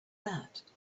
that